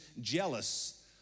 jealous